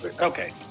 Okay